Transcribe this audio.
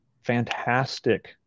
fantastic